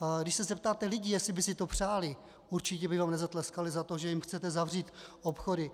A když se zeptáte lidí, jestli by si to přáli, určitě by vám nezatleskali za to, že jim chcete zavřít obchody.